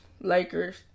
Lakers